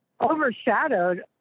overshadowed